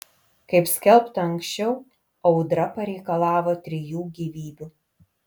kaip skelbta anksčiau audra pareikalavo trijų gyvybių